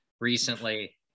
recently